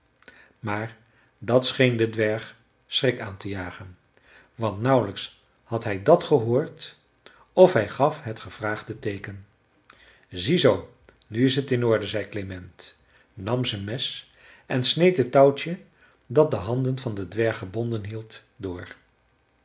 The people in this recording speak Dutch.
maar dat scheen den dwerg schrik aan te jagen want nauwelijks had hij dat gehoord of hij gaf het gevraagde teeken zie zoo nu is t in orde zei klement nam zijn mes en sneed het touwtje dat de handen van den dwerg gebonden hield door